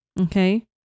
Okay